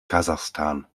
kasachstan